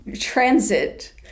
transit